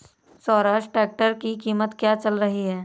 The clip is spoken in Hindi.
स्वराज ट्रैक्टर की कीमत क्या चल रही है?